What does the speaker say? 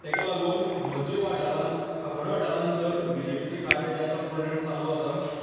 तेका लागून म्हज्या वाठारांत काकोडे वाठारांत तर बीजेपीचें कार्य जें आसा तें चालू आसा